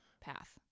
path